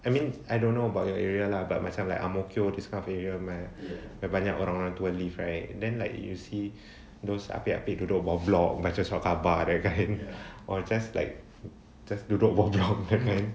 I mean I don't know about your area lah but myself like ang mo kio this kind of area my banyak orang-orang tua live right then like you see those apek-apek duduk bawah block baca surat khabar that kind just like just duduk bawah block that kind